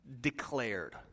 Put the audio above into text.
declared